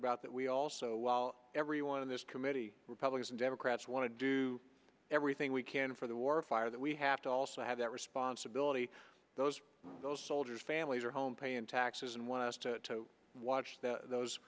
about that we also everyone on this committee republicans and democrats want to do everything we can for the war fire that we have to also have that responsibility those those soldiers families are home paying taxes and want us to watch those